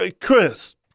Chris